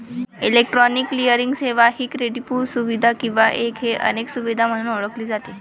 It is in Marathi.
इलेक्ट्रॉनिक क्लिअरिंग सेवा ही क्रेडिटपू सुविधा किंवा एक ते अनेक सुविधा म्हणून ओळखली जाते